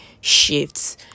shifts